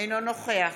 אינו נוכח